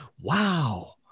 wow